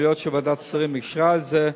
אבל היות שוועדת השרים אישרה את זה,